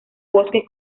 bosques